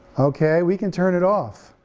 okay? we can turn it off,